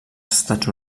estats